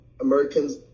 Americans